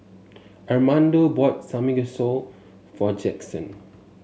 Armando bought Samgeyopsal for Jaxson